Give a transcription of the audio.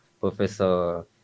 Professor